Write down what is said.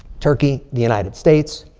turkey, the united states.